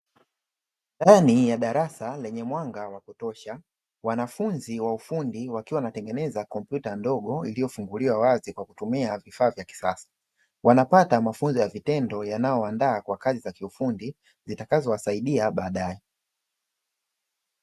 Ndani ya darasa lenye mwanga wa kutosha wanafunzi wa ufundi wakiwa wanatengeneza kompyuta ndogo iliyofunguliwa wazi kwa kutumia vifaa vya kisasa, wanapata mafunzo ya vitendo yanayoandaa kwa kazi za kiufundi zitakazowasaidia baadaye.